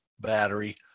battery